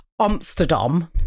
Amsterdam